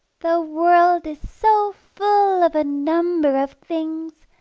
the world is so full of a number of things,